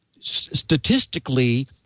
statistically